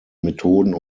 methoden